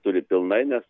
turi pilnai nes